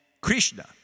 Krishna